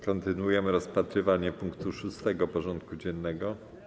Kontynuujemy rozpatrywanie punktu 6. porządku dziennego.